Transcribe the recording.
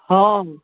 हाँ